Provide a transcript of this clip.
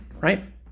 right